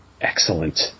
Excellent